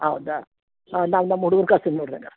ಹೌದಾ ನಾವು ನಮ್ಮ ಹುಡುಗ್ರನ್ನ ಕಳ್ಸ್ತೀನಿ ನೋಡಿರಿ ಹಂಗಾದ್ರೆ